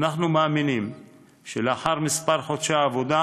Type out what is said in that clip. אנחנו מאמינים שלאחר כמה חודשי עבודה